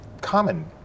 common